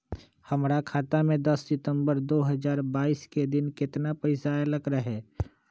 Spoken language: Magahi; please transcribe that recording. हमरा खाता में दस सितंबर दो हजार बाईस के दिन केतना पैसा अयलक रहे?